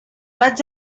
vaig